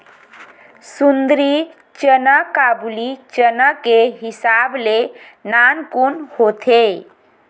सुंदरी चना काबुली चना के हिसाब ले नानकुन होथे